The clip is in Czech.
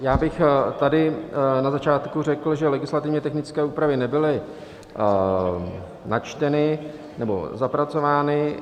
Já bych na začátku řekl, že legislativně technické úpravy nebyly načteny nebo zapracovány.